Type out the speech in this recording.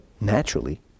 naturally